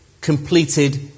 completed